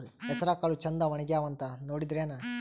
ಹೆಸರಕಾಳು ಛಂದ ಒಣಗ್ಯಾವಂತ ನೋಡಿದ್ರೆನ?